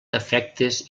defectes